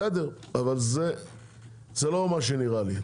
בסדר, אבל זה לא נראה לי.